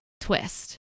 Twist